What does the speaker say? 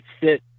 sit